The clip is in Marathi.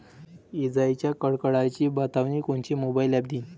इजाइच्या कडकडाटाची बतावनी कोनचे मोबाईल ॲप देईन?